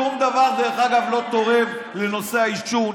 שום דבר, דרך אגב, לא תורם לנושא העישון.